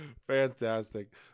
fantastic